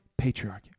patriarchy